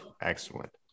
excellent